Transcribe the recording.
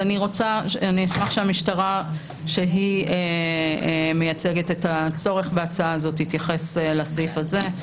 אני אשמח שהמשטרה שמייצגת את הצורך בהצעה הזאת תתייחס לסעיף הזה.